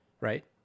right